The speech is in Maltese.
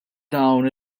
dawn